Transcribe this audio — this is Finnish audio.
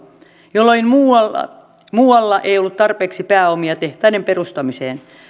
jolloin muualla muualla ei ollut tarpeeksi pääomia tehtaiden perustamiseen